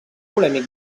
polèmic